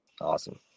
awesome